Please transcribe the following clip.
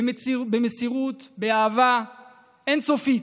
במסירות, באהבה אין-סופית.